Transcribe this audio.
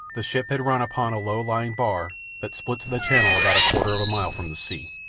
the ship had run upon a low-lying bar that splits the channel about a quarter of a mile from the sea.